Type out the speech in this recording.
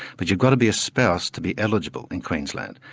but you've got to be a spouse to be eligible in queensland.